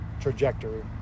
trajectory